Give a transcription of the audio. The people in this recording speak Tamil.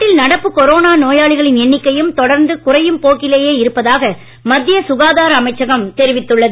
நாட்டில் நடப்பு கொரோனா நோயாளிகளின் எண்ணிக்கையும் தொடர்ந்து குறையும் போக்கிலேயே இருப்பதாக மத்திய சுகாதார அமைச்சகம் தெரிவித்துள்ளது